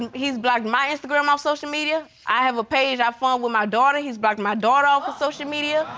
and he's blocked my instagram off social media. i have a page i formed with my daughter. he's blocked my daughter off of social media.